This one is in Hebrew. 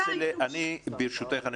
ברשותך,